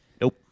Nope